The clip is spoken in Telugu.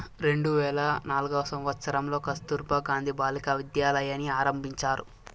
రెండు వేల నాల్గవ సంవచ్చరంలో కస్తుర్బా గాంధీ బాలికా విద్యాలయని ఆరంభించారు